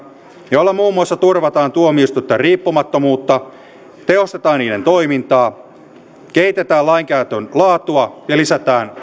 joilla muun muassa turvataan tuomioistuinten riippumattomuutta tehostetaan niiden toimintaa kehitetään lainkäytön laatua ja lisätään